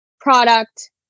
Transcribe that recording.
product